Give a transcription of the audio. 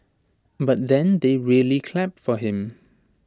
but then they really clapped for him